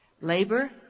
Labor